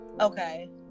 Okay